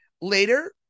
later